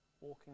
walking